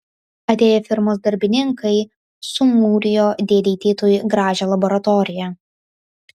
atėję firmos darbininkai sumūrijo dėdei titui gražią laboratoriją